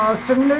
sudden